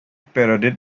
parodied